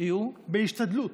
אנחנו נשתדל.